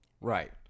Right